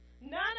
none